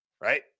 right